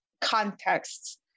contexts